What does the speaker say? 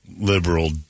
liberal